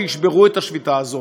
כי ישברו את השביתה הזאת.